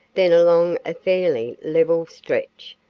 then along a fairly level stretch,